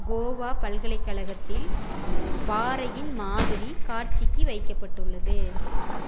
கோவா பல்கலைக்கழகத்தில் பாறையின் மாதிரி காட்சிக்கு வைக்கப்பட்டுள்ளது